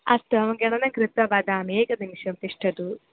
अस्तु अहं गणनं कृत्वा वदामि एकनिमिषं तिष्ठतु